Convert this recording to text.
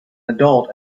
adult